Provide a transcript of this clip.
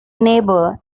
neighbour